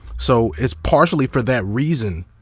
so it's partially for that reason,